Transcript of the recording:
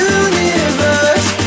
universe